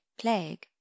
Plague